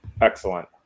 Excellent